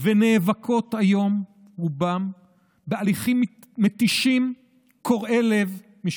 ונאבקות היום רובן בהליכים משפטיים מתישים קורעי לב.